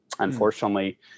Unfortunately